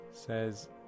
Says